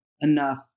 enough